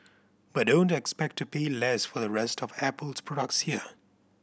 but don't expect to pay less for the rest of Apple's products here